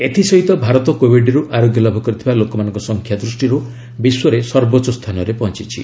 ଏଥିସହିତ ଭାରତ କୋଭିଡରୁ ଆରୋଗ୍ୟଲାଭ କରିଥିବା ଲୋକମାନଙ୍କ ସଂଖ୍ୟା ଦୃଷ୍ଟିରୁ ବିଶ୍ୱରେ ସର୍ବୋଚ୍ଚ ସ୍ଥାନରେ ପହଞ୍ଚୁଛି